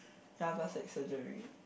ya plastic surgery